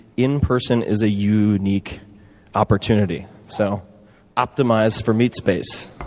in person is a unique opportunity. so optimize for meet space.